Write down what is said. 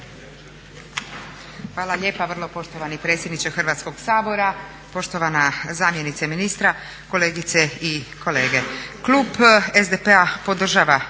Hvala lijepa vrlo poštovani predsjedniče Hrvatskog sabora, poštovana zamjenice ministra, kolegice i kolege. Klub SDP-a podržava